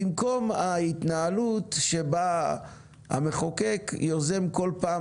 במקום ההתנהלות שבה המחוקק יוזם כל פעם